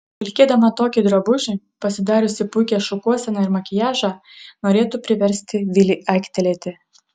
vilkėdama tokį drabužį pasidariusi puikią šukuoseną ir makiažą norėtų priversti vilį aiktelėti